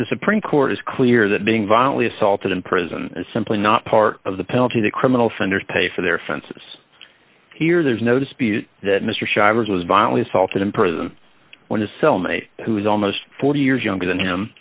the supreme court is clear that being violently assaulted in prison is simply not part of the penalty the criminal offenders pay for their fences here there's no dispute that mr chavez was violently assaulted in prison when his cellmate who is almost forty years younger than him